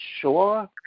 sure